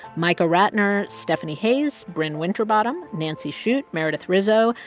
michael ratner, stephanie hayes, brin winterbottom, nancy shute, meredith rizzo,